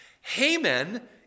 Haman